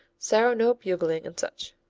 sour-note bugling and such.